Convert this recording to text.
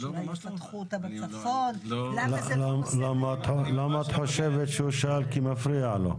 שתחמו אותה בצפון --- למה את חושבת שהוא שאל כי מפריע לו?